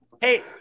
Hey